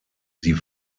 sie